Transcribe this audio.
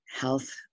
health